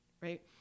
right